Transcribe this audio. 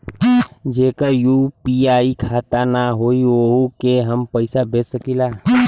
जेकर यू.पी.आई खाता ना होई वोहू के हम पैसा भेज सकीला?